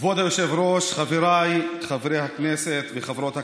כבוד היושב-ראש, חבריי חברי הכנסת וחברות הכנסת,